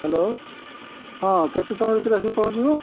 hello ହଁ କେତେ ସମୟ ଭିତରେ ଆସିକି ପହଞ୍ଚିବ